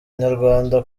nyarwanda